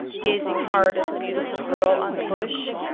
gazing hard at the beautiful girl on the bush.